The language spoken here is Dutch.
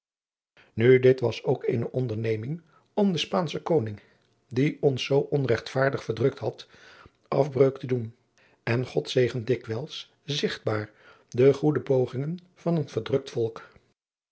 nu dit was ook eene onderneming om den spaanschen koning die ons zoo onregtvaardig verdrukt had afbreuk te doen en god zegent dikwijls zigtbaar de goede pogingen van een verdrukt volk